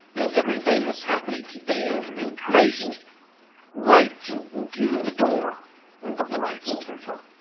and everything that's happening today can be traced right to the door of the knights templar,